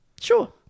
Sure